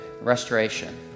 restoration